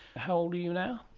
how old are you now?